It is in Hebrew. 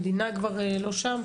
המדינה כבר לא שם,